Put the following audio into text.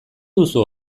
duzu